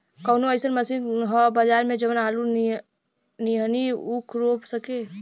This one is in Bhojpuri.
कवनो अइसन मशीन ह बजार में जवन आलू नियनही ऊख रोप सके?